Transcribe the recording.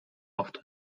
oft